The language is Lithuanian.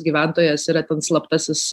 gyventojas yra ten slaptasis